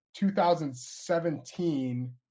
2017